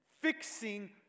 Fixing